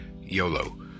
YOLO